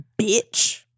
Bitch